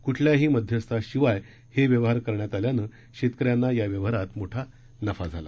कुठल्याही मध्यस्थाशिवाय हे व्यवहार करण्यात आल्याने शेतकऱ्यांना या व्यवहारात मोठा नफा झाला